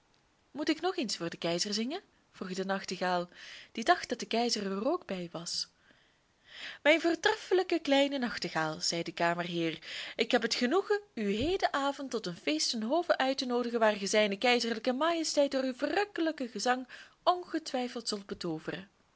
moet ik nog eens voor den keizer zingen vroeg de nachtegaal die dacht dat de keizer er ook bij was mijn voortreffelijke kleine nachtegaal zei de kamerheer ik heb het genoegen u heden avond tot een feest ten hove uit te noodigen waar ge zijne keizerlijke majesteit door uw verrukkelijk gezang ongetwijfeld zult betooveren